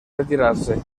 retirarse